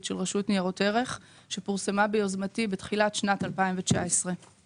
של הרשות לניירות ערך שפורסמה ביוזמתי בתחילת שנת 2019. התוכנית